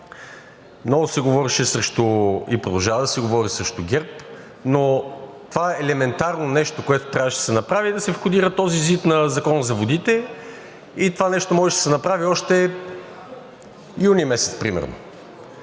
много се говореше и продължава да се говори срещу ГЕРБ, но това елементарно нещо, което трябваше да се направи, е да се входира този ЗИД на Закона за водите. Това нещо можеше да се направи още през юни месец примерно,